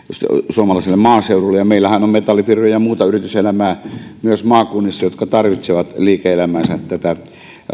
suomalaiselle maaseudulle ja meillähän on maakunnissa myös metallifirmoja ja muuta yrityselämää jotka tarvitsevat liike elämäänsä tätä